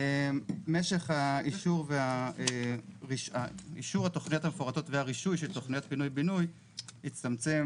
משך אישור התוכניות המפורטות והרישוי של תוכניות פינוי בינוי יצטמצם